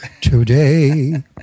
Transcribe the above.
today